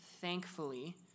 thankfully